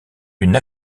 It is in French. une